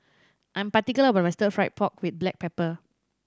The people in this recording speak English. I am particular about my Stir Fried Pork With Black Pepper